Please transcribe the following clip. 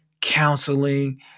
counseling